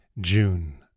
June